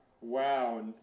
Wow